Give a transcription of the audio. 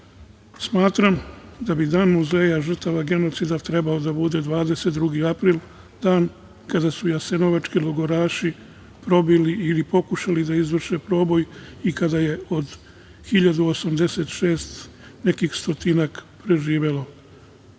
da bi dan muzeja žrtava genocida trebao da bude 22. april, dan kada su jasenovački logoraši probili i pokušali da izvrše proboj i kada je od 1.086 nekih stotinak, preživelo.